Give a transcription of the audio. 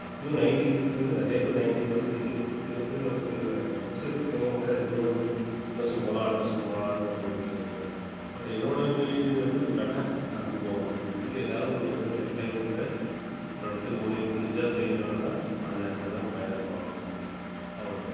அப்பவும் நையன்ட்டி கிட்ஸ்லேருந்து நிறைய பேர் ninety percent eighty percent fifty பெர்சன்ட்டுக்கு மேலே போகிறாங்க ஒரு சில பேர் போக முடியாது இன்னும் வந்து இந்த வருஷம் போகலாம் அடுத்த வருஷம் போகலான்னு போய்ட்டு இருக்காங்க பட் என்னோட மெயின் இது வந்து லடாக் அண்ட் கோவா இது ரெண்டில் ஏதாவது ஒன்று எப்படியாவது லைஃப் டைம்குள்ளே ஒரு இடத்துக்கு முடி முடிஞ்சால் செய்யணும்னால் அந்த இடத்துக்குதான் பயணம் பண்ணணும் அவ்வளோதான்